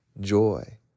joy